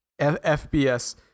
FBS